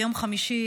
ביום חמישי,